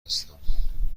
هستم